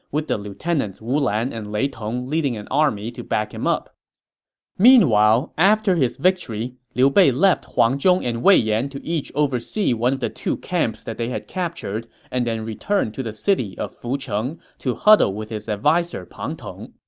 with the lieutenants wu lan and lei tong leading an army to back him up meanwhile, after his victory, liu bei left huang zhong and wei yan to each oversee one of the two camps they had captured and then returned to the city of fucheng to huddle with his adviser pang tong.